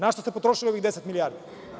Na šta ste potrošili ovih 10 milijardi?